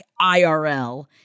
IRL